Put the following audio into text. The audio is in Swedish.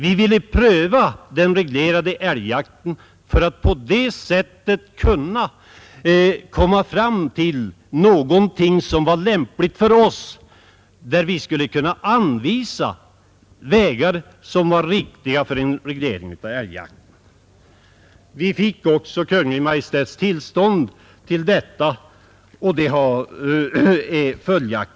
Vi ville nu pröva den reglerade älgjakten för att på det sättet komma fram till något som var lämpligt för oss, där vi skulle kunna anvisa vägar som var riktiga för en reglering av älgjakten. Vi fick också Kungl. Maj:ts tillstånd till detta.